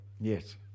Yes